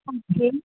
okay